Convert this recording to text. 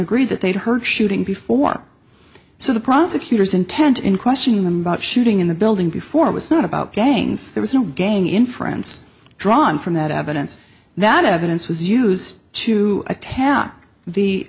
agreed that they'd heard shooting before so the prosecutor's intent in question them about shooting in the building before it was not about gangs there was no gang in friends drawn from that evidence that evidence was used to attack the